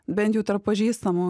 bent jau tarp pažįstamų